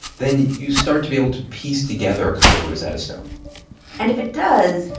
then you start to be able to piece together a kind of rosetta stone and if it does,